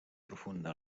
profunda